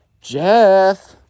Jeff